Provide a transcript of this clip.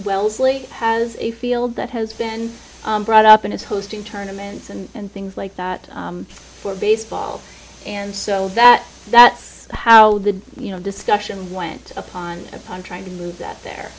wellesley has a field that has been brought up and it's hosting tournaments and things like that for baseball and so that that's how the you know discussion went upon upon trying to move that the